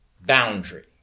boundary